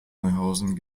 neuhausen